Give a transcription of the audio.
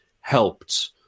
helped